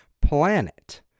planet